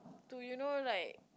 to you know like